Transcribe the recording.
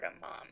mom